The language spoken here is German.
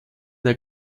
der